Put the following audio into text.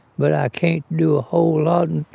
but i can't do a whole lot. and